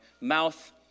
mouth